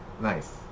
Nice